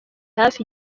hafi